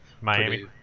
Miami